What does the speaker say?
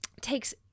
takes